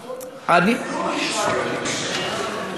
אין בעיה, אדוני, אני רק אומר למען הסדר: